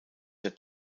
der